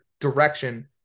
direction